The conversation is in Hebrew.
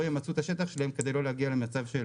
לא ימצו את השטח שלהם כדי לא להגיע למצב של